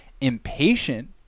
impatient